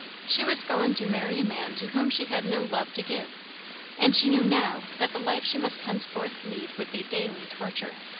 she was going to marry a man to whom she had no love to give and she knew now that the life she must thenceforth lead would be daily torture.